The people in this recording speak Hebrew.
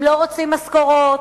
הם לא רוצים משכורות,